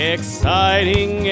Exciting